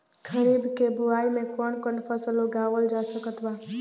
खरीब के बोआई मे कौन कौन फसल उगावाल जा सकत बा?